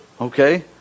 okay